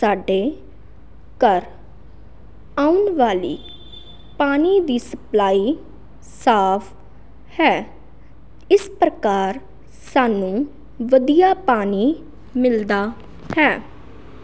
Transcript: ਸਾਡੇ ਘਰ ਆਉਣ ਵਾਲੀ ਪਾਣੀ ਦੀ ਸਪਲਾਈ ਸਾਫ ਹੈ ਇਸ ਪ੍ਰਕਾਰ ਸਾਨੂੰ ਵਧੀਆ ਪਾਣੀ ਮਿਲਦਾ ਹੈ